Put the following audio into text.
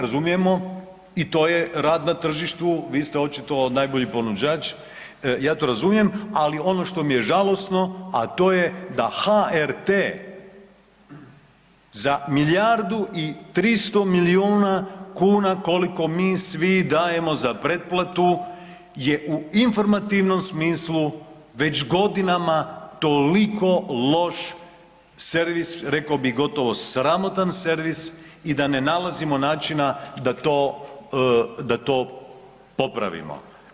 Razumijemo i to je na rad na tržištu, vi ste očito najbolji ponuđač, ja to razumijem, ali ono što m je žalosno, a to je da HRT za milijardu i 300 milijuna kuna koliko mi svi dajemo za pretplatu je u informativnom smislu već godinama toliko loš servis, rekao bih gotovo sramotan servis i da ne nalazimo načina da to popravimo.